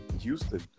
Houston